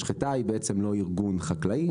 משחטה היא בעצם לא ארגון חקלאי,